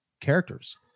characters